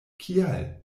kial